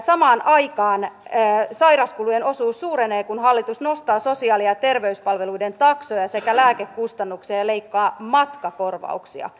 samaan aikaan sairauskulujen osuus suurenee kun hallitus nostaa sosiaali ja terveyspalveluiden taksoja sekä lääkekustannuksia ja leikkaa matkakorvauksia